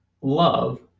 love